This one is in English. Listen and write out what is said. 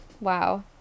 Wow